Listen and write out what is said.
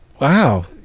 Wow